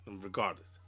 regardless